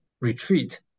retreat